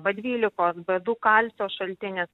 b dvylikos b du kalcio šaltinis